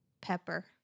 pepper